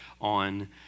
on